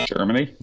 Germany